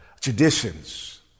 traditions